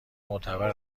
معتبر